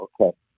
Okay